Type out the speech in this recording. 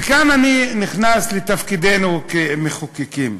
וכאן אני נכנס לתפקידנו כמחוקקים.